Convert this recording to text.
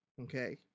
okay